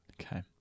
Okay